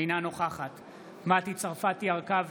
אינה נוכחת מטי צרפתי הרכבי,